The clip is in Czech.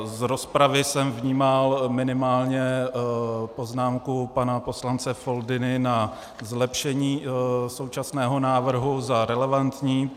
Z rozpravy jsem vnímal minimálně poznámku pana poslance Foldyny na zlepšení současného návrhu za relevantní.